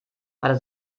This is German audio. hatte